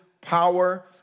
power